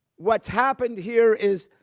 what's happened here is